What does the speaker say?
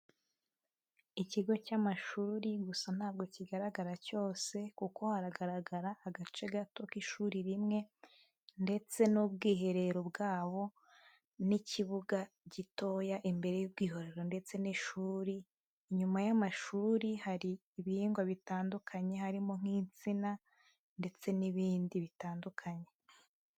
Ikigo cy'amashuri gusa ntabwo kigaragara cyose kuko haragaragara agace gato k'ishuri rimwe ndetse n'ubwiherero bwabo n'ikibuga gitoya, imbere y'ubwihoro ndetse n'ishuri, inyuma y'amashuri hari ibihingwa bitandukanye harimo nk'insina ndetse n'ibindi bitandukanye.